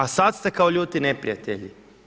A sada ste kao ljuti neprijatelji.